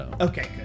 Okay